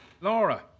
Laura